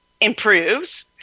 improves